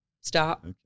Stop